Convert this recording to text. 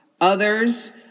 others